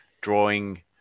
drawing